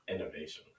Innovation